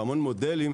והמון מודלים,